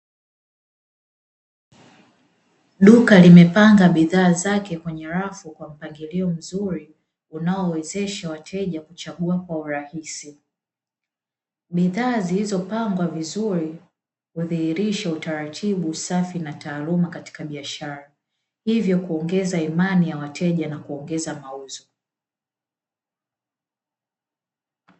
Duka limepanga bidhaa zake kwenye rafu kwa mpangilio mzuri unaowezesha wateja kuchagua kwa urahisi, bidhaa zilizopangwa vizuri hudhihirusha utaratibu safi na taaluma katika biashara. Hivyo kuongeza imani ya wateja na kuongeza mauzo.